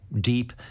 deep